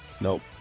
Nope